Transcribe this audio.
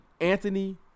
Anthony